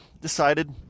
decided